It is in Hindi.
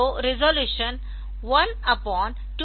तो रिज़ॉल्यूशन 128 होगा